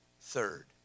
Third